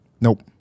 Nope